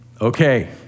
Okay